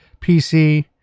PC